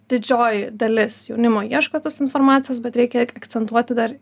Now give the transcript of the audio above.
didžioji dalis jaunimo ieško tos informacijos bet reikia akcentuoti dar